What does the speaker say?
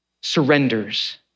surrenders